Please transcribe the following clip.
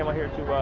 um here to